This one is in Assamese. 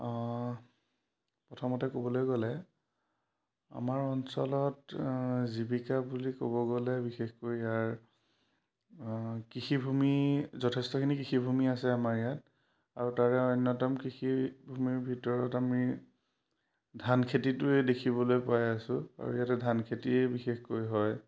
প্ৰথমতে ক'বলৈ গ'লে আমাৰ অঞ্চলত জীৱিকা বুলি ক'ব গ'লে বিশেষকৈ ইয়াৰ কৃষিভূমি যথেষ্টখিনি কৃষিভূমি আছে আমাৰ ইয়াত আৰু তাৰে অন্যতম কৃষিভূমিৰ ভিতৰত আমি ধান খেতিটোৱে দেখিবলৈ পাই আছো আৰু ইয়াতে ধান খেতিয়ে বিশেষকৈ হয়